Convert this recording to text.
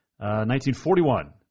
1941